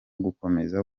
gukomeza